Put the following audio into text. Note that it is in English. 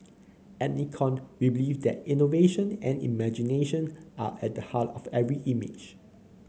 at Nikon we believe that innovation and imagination are at the heart of every image